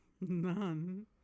None